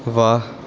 ਵਾਹ